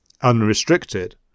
unrestricted